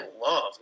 love